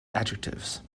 adjectives